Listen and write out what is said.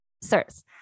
sirs